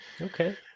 Okay